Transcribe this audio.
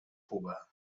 puga